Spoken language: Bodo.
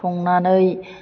संनानै